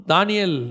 Daniel